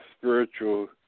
spiritual